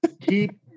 Keep